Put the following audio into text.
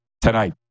tonight